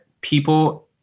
people